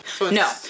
No